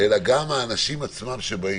אלא גם האנשים עצמם כשהם באים.